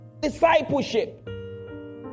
Discipleship